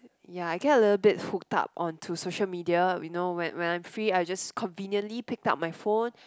ya I get a little bit hooked up on to social media you know when when I am free I just conveniently pick up my phone